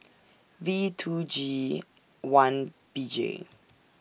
V two G one B J